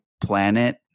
planet